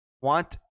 Want